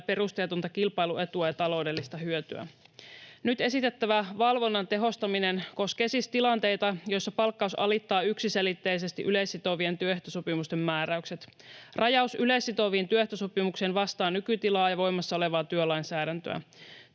perusteetonta kilpailuetua ja taloudellista hyötyä. Nyt esitettävä valvonnan tehostaminen koskee siis tilanteita, joissa palkkaus alittaa yksiselitteisesti yleissitovien työehtosopimusten määräykset. Rajaus yleissitoviin työehtosopimuksiin vastaa nykytilaa ja voimassa olevaa työlainsäädäntöä.